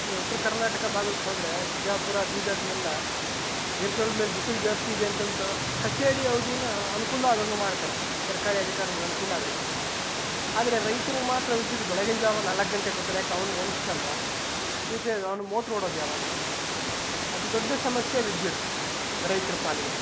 ಈ ಉತ್ರ ಕರ್ನಾಟಕ ಭಾಗಕ್ಕೆ ಹೋದರೆ ಬಿಜಾಪುರ ಬೀದರ್ಲೆಲ್ಲ ಏಪ್ರಿಲ್ ಮೇಲ್ಲಿ ಬಿಸಿಲು ಜಾಸ್ತಿ ಇದೆ ಅಂತ ಅನ್ಬಿಟ್ಟು ಕಚೇರಿ ಅವಧೀನ ಅನುಕೂಲ ಆಗಂಗೆ ಮಾಡ್ತಾರೆ ಸರ್ಕಾರಿ ಅಧಿಕಾರಿಗಳ್ಗೆ ಅನುಕೂಲ ಆಗಂಗೆ ಆದರೆ ರೈತ್ರಿಗೆ ಮಾತ್ರ ವಿದ್ಯುತ್ ಬೆಳಗಿನ ಜಾವ ನಾಲ್ಕು ಗಂಟೆಗೆ ಕೊಡ್ತಾರೆ ಯಾಕೆ ಅವ್ನೂ ಮನುಷ್ಯನಲ್ವಾ ತ್ರೀ ಪೇಸ್ ಅವ್ನು ಮೊಟ್ರ್ ಓಡೋದು ಯಾವಾಗ ಅತಿ ದೊಡ್ಡ ಸಮಸ್ಯೆ ವಿದ್ಯುತ್ ರೈತ್ರ ಪಾಲಿಗೆ